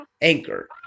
Anchor